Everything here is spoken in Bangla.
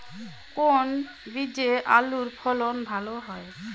কোন বীজে আলুর ফলন ভালো হয়?